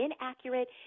inaccurate